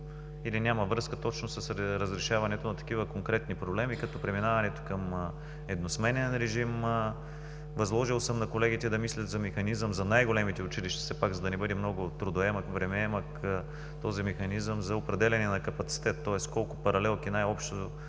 или няма връзка точно с разрешаването на такива конкретни проблеми като преминаването към едносменен режим. Възложил съм на колегите да мислят за механизъм за най-големите училища все пак, за да не бъде много трудоемък, времеемък този механизъм за определяне на капацитет, тоест колко паралелки най-общо